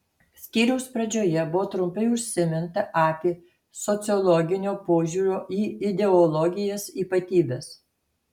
skyriaus pradžioje buvo trumpai užsiminta apie sociologinio požiūrio į ideologijas ypatybes